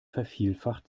vervielfacht